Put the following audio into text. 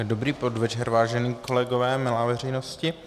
Dobrý podvečer, vážení kolegové, milá veřejnosti.